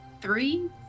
Three